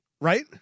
Right